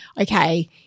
okay